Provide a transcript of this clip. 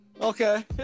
Okay